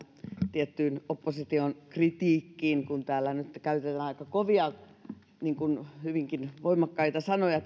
tiettyyn opposition kritiikkiin kun täällä nyt käytetään aika kovia ja hyvinkin voimakkaita sanoja